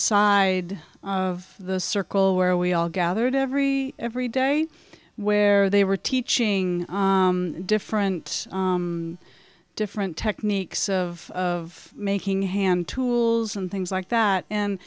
side of the circle where we all gathered every every day where they were teaching different different techniques of of making hand tools and things like that and